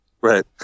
Right